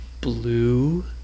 blue